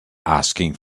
asking